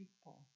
people